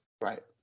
Right